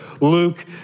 Luke